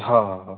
हो हो हो